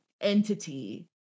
entity